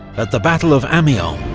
at the battle of amiens,